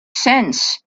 sense